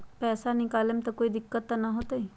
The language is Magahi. पैसा निकाले में कोई दिक्कत त न होतई?